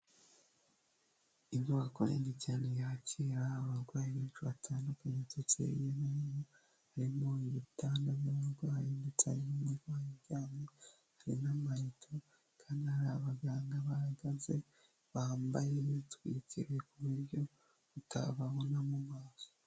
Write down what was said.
Inyubako nini cyane yakira abarwayi benshi batandukanye baturutse hirya no hino, harimo ibitanda by'abarwayi ndetse harimo n'umurwayi uryamye, harimo amarido kandi hari abaganga bahagaze bambaye bitwikiriye ku buryo utababona mu maso.